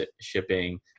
shipping